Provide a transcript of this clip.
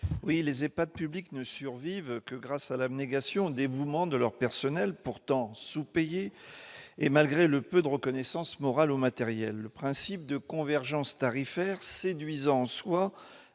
Les EHPAD publics ne survivent que grâce à l'abnégation et au dévouement de leurs personnels, pourtant sous-payés, et malgré le peu de reconnaissance morale ou matérielle qu'ils reçoivent. Le principe de convergence tarifaire, séduisant en soi,